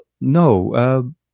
no